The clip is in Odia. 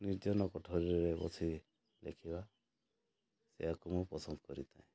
ନିର୍ଜନ କୋଠରୀରେ ବସି ଲେଖିବା ସେୟାକୁ ମୁଁ ପସନ୍ଦ କରିଥାଏ